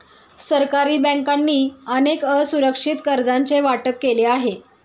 सरकारी बँकांनी अनेक असुरक्षित कर्जांचे वाटप केले आहे